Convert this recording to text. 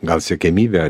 gal siekiamybę